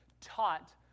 taught